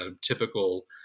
typical